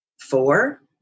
four